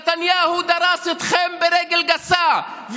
נתניהו דרס אתכם ברגל גסה,